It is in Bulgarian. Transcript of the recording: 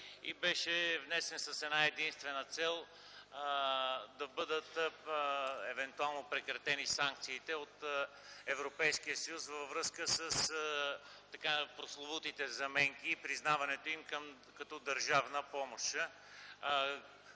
и беше внесен с една-единствена цел – да бъдат евентуално прекратени санкциите от Европейския съюз във връзка с прословутите заменки и признаването им като държавна помощ.